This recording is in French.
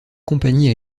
compagnie